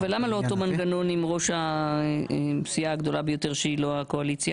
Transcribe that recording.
אבל למה לא אותו מנגנון עם ראש הסיעה הגדולה ביותר שהיא לא הקואליציה?